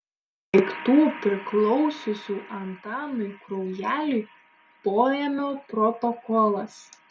daiktų priklausiusių antanui kraujeliui poėmio protokolas